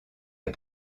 est